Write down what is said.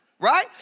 Right